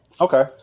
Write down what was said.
Okay